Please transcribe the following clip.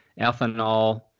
ethanol